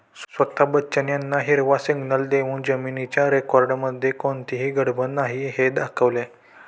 स्वता बच्चन यांना हिरवा सिग्नल देऊन जमिनीच्या रेकॉर्डमध्ये कोणतीही गडबड नाही हे दाखवले